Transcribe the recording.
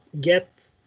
get